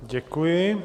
Děkuji.